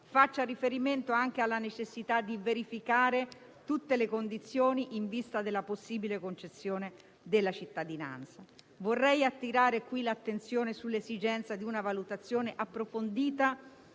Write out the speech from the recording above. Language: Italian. faccia riferimento anche alla necessità di verifica di tutte le condizioni in vista della possibile concessione della cittadinanza. Vorrei attirare in questa sede l'attenzione sull'esigenza di una valutazione approfondita